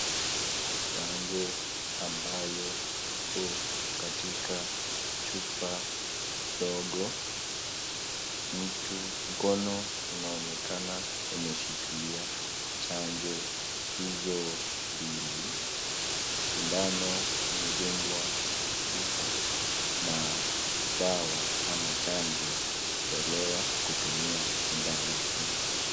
Chanjo ambayo iko katika chupa ndogo, mtu mkono unaonekana umeshikilia chanjo hizo mbili, sindano imedungwa kwenye chupa na dawa ma chanjo inatolewa kupitia sindano hilo.